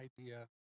idea